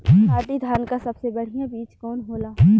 नाटी धान क सबसे बढ़िया बीज कवन होला?